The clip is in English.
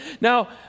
Now